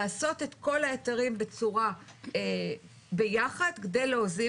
לעשות את כל ההיתרים ביחד כדי להוזיל